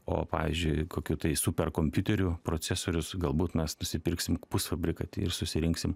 o pavyzdžiui kokių tai superkompiuterių procesorius galbūt mes nusipirksim pusfabrikatį ir susirinksim